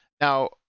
Now